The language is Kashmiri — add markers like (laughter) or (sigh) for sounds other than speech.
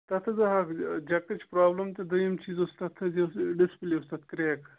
تَتھ حظ (unintelligible) جَکٕچ پرابلِم دۄیِم چیٖز اوس تَتھ یہِ حظ ڈِسپٕلے اوس تَتھ کریک